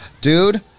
Dude